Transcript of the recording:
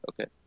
Okay